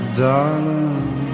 darling